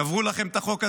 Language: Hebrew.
קברו לכם את החוק הזה.